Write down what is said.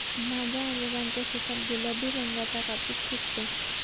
माझ्या आजोबांच्या शेतात गुलाबी रंगाचा कापूस पिकतो